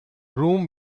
room